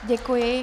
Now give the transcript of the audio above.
Děkuji.